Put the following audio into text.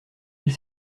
ils